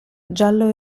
giallo